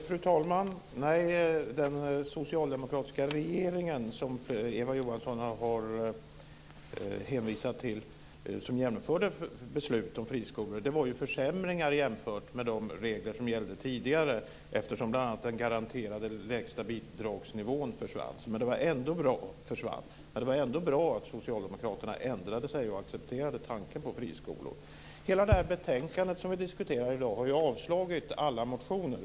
Fru talman! Den socialdemokratiska regeringen genomförde, som Eva Johansson har hänvisat till, beslut om friskolor. Det var försämringar jämfört med de regler som gällde tidigare eftersom bl.a. den garanterade lägsta bidragsnivån försvann. Men det var ändå bra att socialdemokraterna ändrade sig och accepterade tanken på friskolor. I det betänkande som vi diskuterar i dag har det ju yrkats avslag på alla motioner.